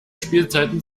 spielzeiten